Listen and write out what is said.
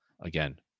again